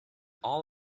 all